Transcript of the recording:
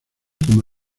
como